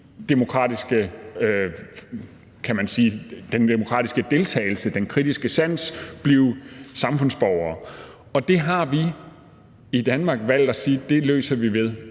den, kan man sige, demokratiske deltagelse med den kritiske sans – blive samfundsborgere. Det har vi i Danmark valgt at sige at vi løser ved